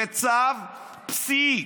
"בצו", פסיק,